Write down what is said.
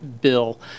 bill